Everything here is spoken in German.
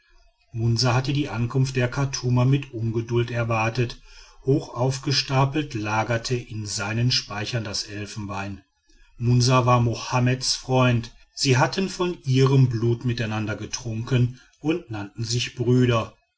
munsa hatte die ankunft der chartumer mit ungeduld erwartet hoch aufgestapelt lagerte in seinen speichern das elfenbein munsa war mohammeds freund sie hatten von ihrem blut miteinander getrunken und nannten sich brüder